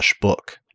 book